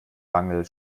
mangel